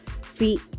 feet